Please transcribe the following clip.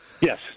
Yes